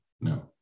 No